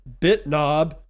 Bitnob